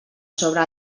sobre